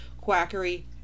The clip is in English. quackery